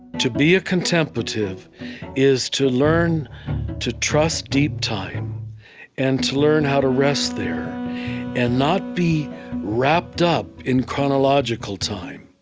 to be a contemplative is to learn to trust deep time and to learn how to rest there and not be wrapped up in chronological time.